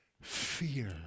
Fear